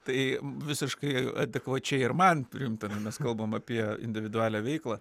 tai visiškai adekvačiai ir man priimtame mes kalbame apie individualią veiklą